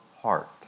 heart